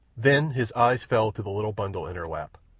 then his eyes fell to the little bundle in her lap.